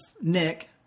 Nick